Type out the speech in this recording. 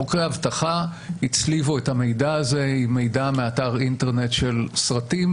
חוקרי אבטחה הצליבו את המידע הזה עם מידע מאתר אינטרנט של סרטים,